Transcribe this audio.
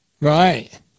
Right